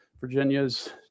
Virginia's